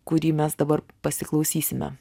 kurį mes dabar pasiklausysime